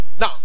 Now